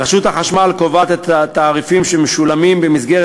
1. רשות החשמל קובעת את התעריפים שמשולמים במסגרת